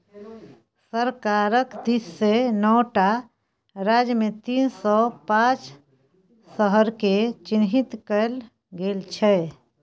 सरकारक दिससँ नौ टा राज्यमे तीन सौ पांच शहरकेँ चिह्नित कएल गेल छै